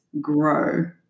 grow